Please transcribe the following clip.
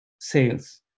sales